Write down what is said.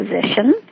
position